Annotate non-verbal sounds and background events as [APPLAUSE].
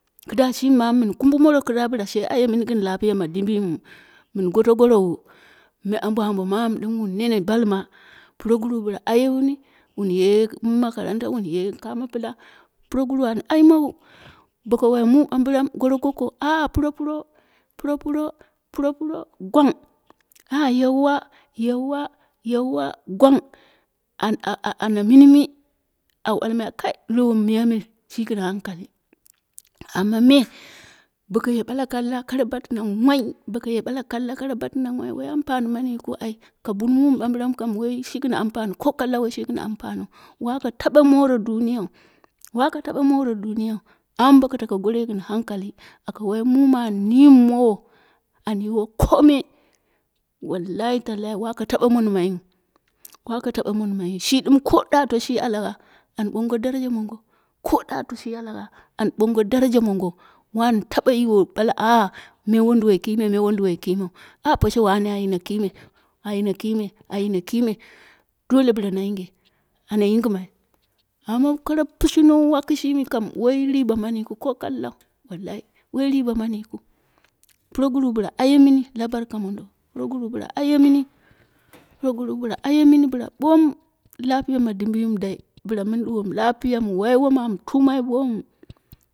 Kida shimi mamu min kumbu moro kida bla she ayimini gin lapiya ma dimbiyimu. Mun goto gorowu, me ambo ambo mamu din wun nen balma puroguru bla aye wuno, wun ye ni makaranta wun ye kamo pla puroguru an aimawu. Boko wai mu bambiram goro goko a a puropuro puro puro puro puro gwang a a yewa yewa, yewa gwang, an. [HESITATION] Ana min mi au balmai kai lo mo miyai me shi gin hankali, amma me boko ye bala kalla kara batna hai, boko ye bala kalla kara batna hai woi ampani mani yikiu ai ka bun mumi bambiram kam wai shi gin ampaniu ko kalla wai shi gin ampani. Waka taba more duniyau waka taba mone duniyau. Amma boka tako goroi gin hankali aka wai mumi an aimowo an yiwo kome wallahi tallahi waka taba mon maiyu, waka taba monmaiyu. Shi dim ko dato shi alaka, ko an bongo daraja mongo ko ɗato shi alaka an bongo daraja mongo, wan taba yiwo ɓala a a me wonduwo kime me wonduwoi kimeu, a a poshe wane a yino kime ayine kime ayino kime dole bla na yinge, ana yingimai amma kara pishnuwa kishimi kam woi riba mani yikiu ko kallau wallahi woi riba mani yikiu. Puroguru bla ayemmi la barka mondo, puroguru bla ayemmila barka mondo, puroguru bla ayemini puroguru bla ayemini bla bomu lapiya ma dimbiyimu dai bla min duwomu lapiya mi wai wom am tumai bomu.